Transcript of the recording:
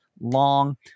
long